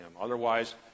Otherwise